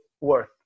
worth